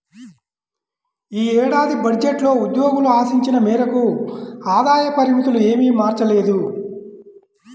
ఈ ఏడాది బడ్జెట్లో ఉద్యోగులు ఆశించిన మేరకు ఆదాయ పరిమితులు ఏమీ మార్చలేదు